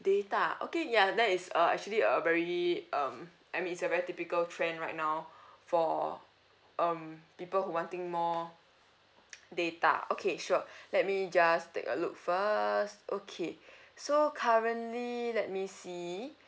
data okay ya that is uh actually a very um I mean it's a very typical trend right now for um people wanting more data okay sure let me just take a look first okay so currently let me see